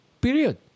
Period